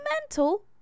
mental